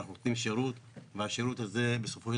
אנחנו נותנים שירות והשירות הזה בסופו של